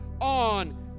on